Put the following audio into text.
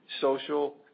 social